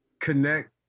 connect